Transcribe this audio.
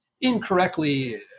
incorrectly